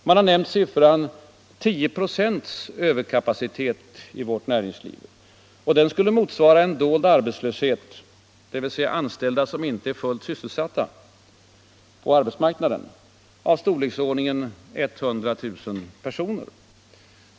Siffran 10 96 överkapacitet i vårt näringsliv har nämnts. Den skulle motsvara en dold arbetslöshet — dvs. anställda som ej är fullt sysselsatta på arbetsmarknaden — av storleksordningen 100 000 personer.